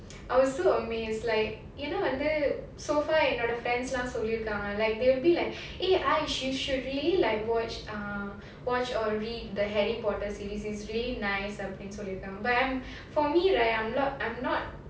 I was so amazed like வந்து:vandhu so far என்:en friends லாம் சொல்லிருக்காங்க:laam sollirkaanga like they'll be like eh aish you should really like watch uh watch or read the harry potter series it's really அப்டினு சொல்லிருக்காங்க:apdinu sollirukaanga nice everything so you come but I'm for me right I'm not